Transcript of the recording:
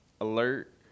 alert